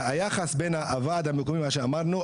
היחס בין הוועד המקומי, מה שאמרנו.